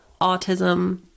autism